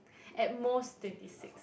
at most twenty six